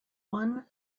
one